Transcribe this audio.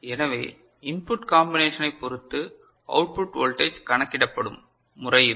எனவே இன்புட் காம்பினேஷனை பொறுத்து அவுட்புட் வோல்டேஜ் கணக்கிடப்படும் முறை இது